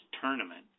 tournament